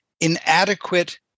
inadequate